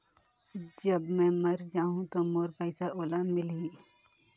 जब मै मर जाहूं तो मोर पइसा ओला मिली?